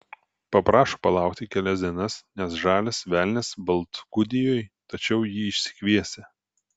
paprašo palaukti kelias dienas nes žalias velnias baltgudijoj tačiau jį išsikviesią